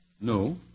No